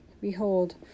Behold